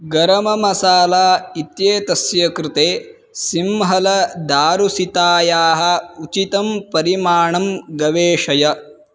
गरममसाला इत्येतस्य कृते सिंहलदारुसितायाः उचितं परिमाणं गवेषय